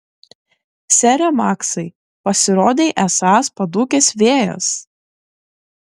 sere maksai pasirodei esąs padūkęs vėjas